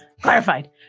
Clarified